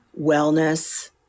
wellness